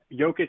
Jokic